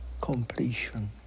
completion